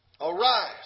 Arise